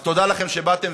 אז תודה לכן שבאתן,